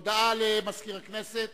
הודעה למזכיר הכנסת.